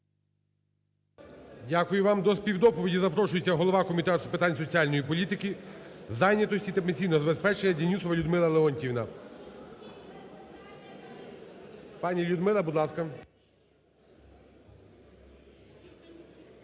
Дякую вам. До співдоповіді запрошується голова Комітету з питань соціальної політики, зайнятості та пенсійного забезпечення Денісова Людмила Леонтіївна. Пані Людмила, будь ласка.